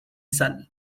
sal